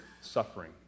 suffering